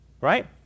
right